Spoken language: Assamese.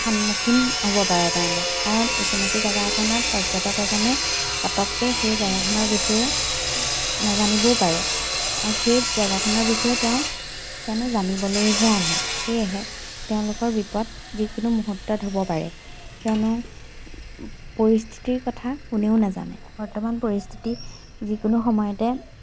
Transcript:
সন্মুখীন হ'ব পাৰে তেওঁলোক কাৰণ অচিনাকি জেগাখনত পৰ্যটক এজনে পটককৈ সেই জেগাখনৰ বিষয়ে নাজানিবও পাৰে আৰু সেই জেগাখনৰ বিষয়ে তেওঁক কিয়নো জানিবলৈহে আহে সেয়েহে তেওঁলোকৰ বিপদ যিকোনো মুহূৰ্তত হ'ব পাৰে কিয়নো পৰিস্থিতিৰ কথা কোনেও নাজানে বৰ্তমান পৰিস্থিতি যিকোনো সময়তে